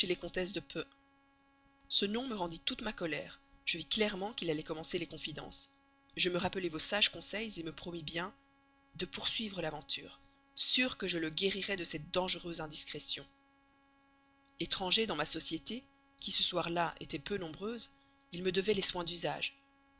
comtesses de p ce nom me rendit toute ma colère je vis clairement qu'il allait commencer les confidences je me rappelai vos sages conseils me promis bien de poursuivre l'aventure sûre que je le guérirais de cette dangereuse indiscrétion etranger dans ma société qui ce soir-là était peu nombreuse il me devait les soins d'usage